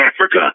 Africa